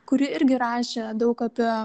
kuri irgi rašė daug apie